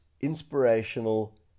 inspirational